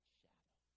shadow